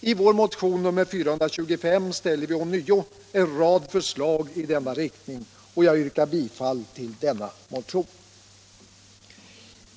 I vår motion nr 425 ställer vi ånyo en rad förslag i denna riktning, och jag yrkar bifall till denna motion.